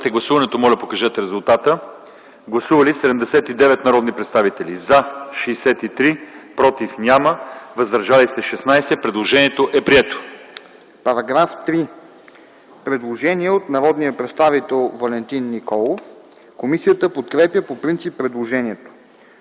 По § 19 има предложение от народния представител Валентин Николов. Комисията подкрепя предложението.